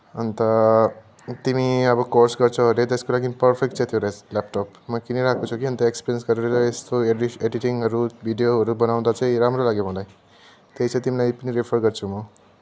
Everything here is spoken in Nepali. अन्त तिमी अब कोर्स गर्छौ हरे त्यसको लागि पर्फेक्ट चाहिँ थियो रहेछ ल्यापटप म किनिरहेको छु कि अन्त एक्सपिरियन्स गरेर यस्तो एडिटिङहरू भिडियोहरू बनाउँदा चाहिँ राम्रो लाग्यो मलाई त्यही चाहिँ तिमीलाई पनि रेफर गर्छु म